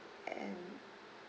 and